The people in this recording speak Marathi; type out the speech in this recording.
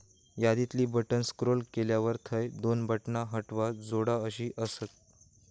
यादीतली बटण स्क्रोल केल्यावर थंय दोन बटणा हटवा, जोडा अशी आसत